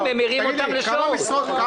רק ממירים אותן לשעות.